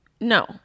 No